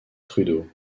trudeau